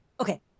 Okay